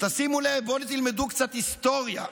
תשימו לב, בואו תלמדו קצת היסטוריה.